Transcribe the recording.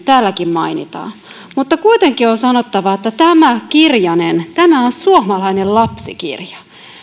täälläkin mainitaan mutta kuitenkin on sanottava että tämä kirjanen on suomalainen lapsikirja